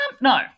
No